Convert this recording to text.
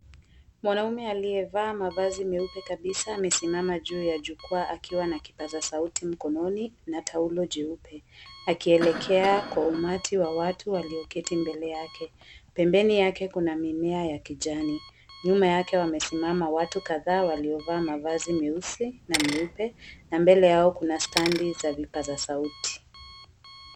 Mwanaume aliyevaa mavazi meupe kabisa amesimama juu ya jukwaa akiwa na kipasa sauti mkononi na taulo jeupe akielekea kwa umati wa watu walioketi mbele yake. Pembeni yake kuna mimea ya kijani. Nyuma yake wamesimama watu kadhaa waliovaa mavazi meusi na meupe na mbele yao kuna standi za vipaza sauti.